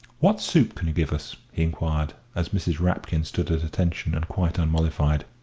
what soup can you give us? he inquired, as mrs. rapkin stood at attention and quite unmollified.